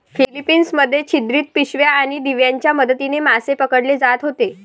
Philippines मध्ये छिद्रित पिशव्या आणि दिव्यांच्या मदतीने मासे पकडले जात होते